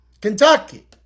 Kentucky